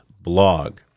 Blog